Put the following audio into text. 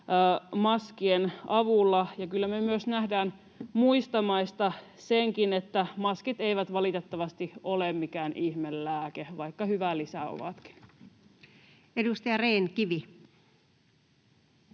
maskien avulla, ja kyllä me nähdään muista maista sekin, että maskit eivät valitettavasti ole mikään ihmelääke, vaikka hyvä lisä ovatkin. [Speech 247]